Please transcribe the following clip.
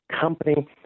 company